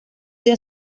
día